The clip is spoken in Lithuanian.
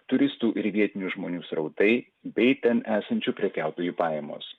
turistų ir vietinių žmonių srautai bei ten esančių prekiautojų pajamos